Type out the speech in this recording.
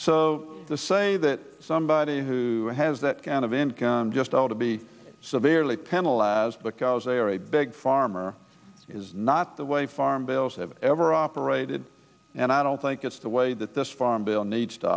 so the say that somebody who has that kind of income just out to be severely pennell as because they are a big farmer is not the way farm bills have ever operated and i don't think it's the way that this farm bill needs to